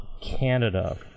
Canada